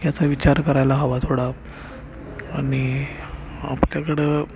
याचा विचार करायला हवा थोडा आणि आपल्याकडं